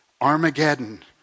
Armageddon